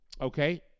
Okay